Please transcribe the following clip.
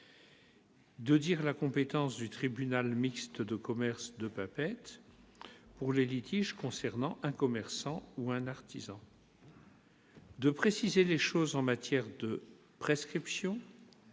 de dire la compétence du tribunal mixte de commerce de Papeete pour les litiges concernant un commerçant ou un artisan ; de préciser les choses en matière de prescription